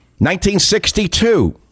1962